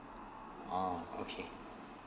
oh okay